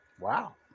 Wow